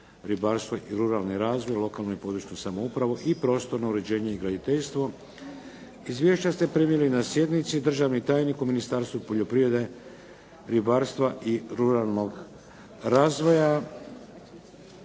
ribarstvo i ruralni razvoj, lokalnu i područnu samoupravu i prostorno uređenje i graditeljstvo. Izvješća ste primili na sjednici. Državni tajnik u Ministarstvu poljoprivrede, ribarstva i ruralnog razvoja,